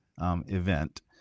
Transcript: event